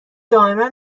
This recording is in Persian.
دائما